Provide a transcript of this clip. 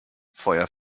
feuer